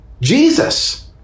Jesus